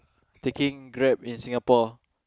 taking Grab in Singapore